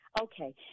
Okay